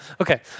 Okay